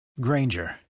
Granger